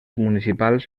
municipals